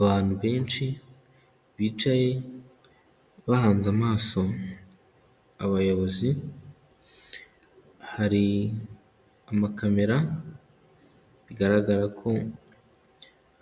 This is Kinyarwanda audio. Abantu benshi bicaye bahanze amaso abayobozi, hari amakamera bigaragara ko